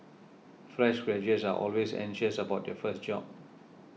fresh graduates are always anxious about their first job